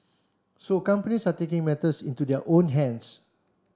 so companies are taking matters into their own hands